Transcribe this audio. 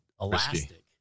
elastic